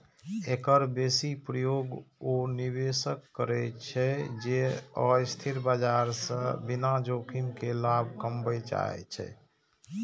एकर बेसी प्रयोग ओ निवेशक करै छै, जे अस्थिर बाजार सं बिना जोखिम के लाभ कमबय चाहै छै